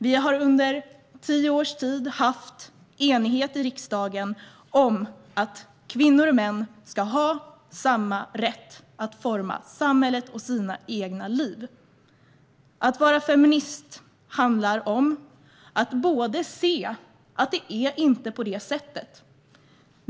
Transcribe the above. Vi har under tio års tid haft enighet i riksdagen om att kvinnor och män ska ha samma rätt att forma samhället och sina egna liv. Att vara feminist handlar om att se att det inte är på det sättet.